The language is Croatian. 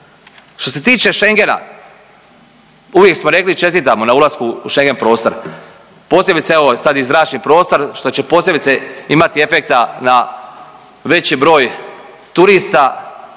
Što se tiče Schengena uvijek smo rekli i čestitamo na ulasku u schengen prostor, posebice evo sad je i zračni prostor što će posebice imati efekta na veći broj turista